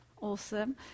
awesome